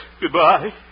Goodbye